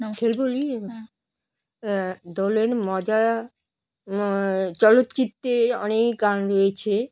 খেলব হোলি আহ দোলের মজা চলচ্চিত্রে অনেক গান রয়েছে